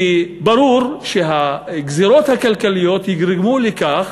כי ברור שהגזירות הכלכליות יגרמו לכך,